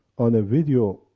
on a video,